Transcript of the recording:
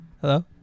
Hello